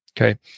Okay